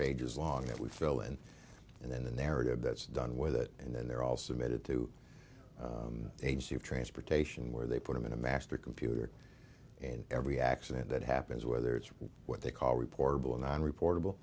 pages long that we fill in and then the narrative that's done with it and then they're all submitted to agency of transportation where they put them in a master computer and every accident that happens whether it's what they call reportable nine report